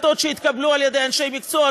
לפי החלטות שהתקבלו על ידי אנשי מקצוע,